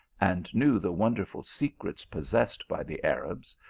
and knew the wonderful secrets possessed by the arabs,